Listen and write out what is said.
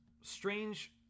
strange